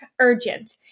urgent